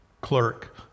clerk